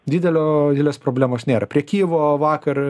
didelio didelės problemos nėra prie kijevo vakar